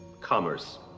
Commerce